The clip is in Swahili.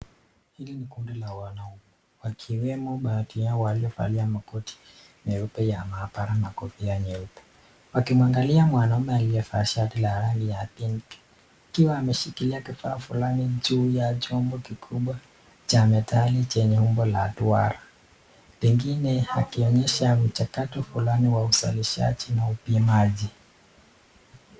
Hili ni kundi la wanaume wakiwemo baadhi yao waliovalia makoti nyeupe ya mahabara na kogia nyeupe. Wakimwangalia mwanaume mwenye amevalia shati la rangi ya pinki akiwa ameshikilia kifaa juu ya chombo kikubwa cha metali chenye umbo la duara. Pengine akionyesha michakato fulani wa uzalishaji na upimaji.